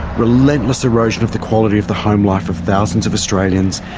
relentless erosion of the quality of the home life of thousands of australians